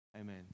amen